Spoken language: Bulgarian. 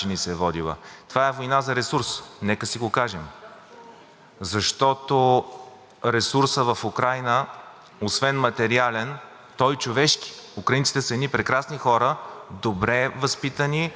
освен материален е и човешки. Украинците са едни прекрасни хора, добре възпитани, образовани, които могат да бъдат използвани именно в задържане, доколкото се може –